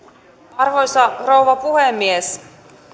arvoisa rouva puhemies